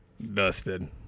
Dusted